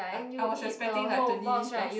I I was expecting like twenty plus